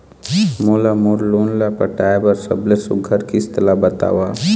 मोला मोर लोन ला पटाए बर सबले सुघ्घर किस्त ला बताव?